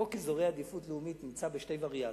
חוק אזורי עדיפות לאומית נמצא בשתי וריאציות,